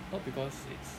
not because it's